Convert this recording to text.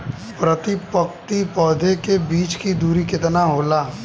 प्रति पंक्ति पौधे के बीच की दूरी केतना होला?